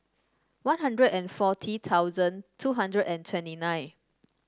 One Hundred and forty thousand two hundred and twenty nine